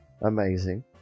amazing